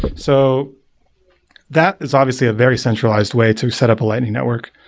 so that is obviously a very centralized way to setup a lightning network,